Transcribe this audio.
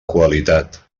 qualitat